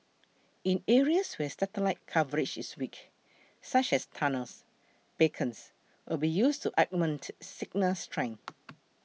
in areas where the satellite coverage is weak such as tunnels beacons will be used to augment signal strength